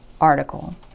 article